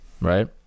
right